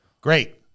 great